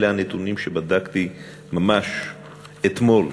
אלה הנתונים שבדקתי ממש אתמול,